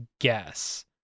guess